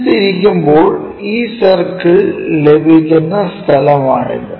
ഇത് തിരിക്കുമ്പോൾ ഈ സർക്കിൾ ലഭിക്കുന്ന സ്ഥലമാണിത്